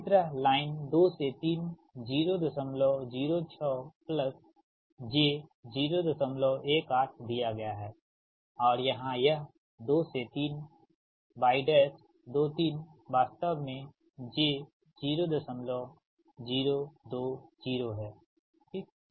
इसी तरह लाइन 2 से 3 006 प्लस j 018 दिया गया है और यहाँ यह 2 से 3 y23 वास्तव में j0020 है ठीक